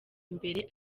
imbere